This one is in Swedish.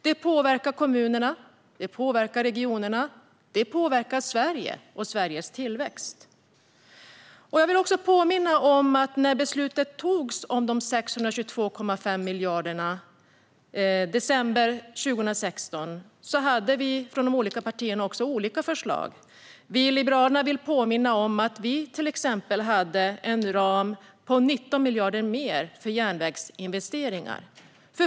Detta påverkar kommunerna, det påverkar regionerna och det påverkar Sverige och Sveriges tillväxt. Jag vill påminna om att när beslutet togs om dessa 622,5 miljarder, i december 2016, hade vi olika förslag från de olika partierna. Vi i Liberalerna vill också påminna om att vi till exempel hade en ram på 19 miljarder mer för järnvägsinvesteringar.